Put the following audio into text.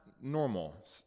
normal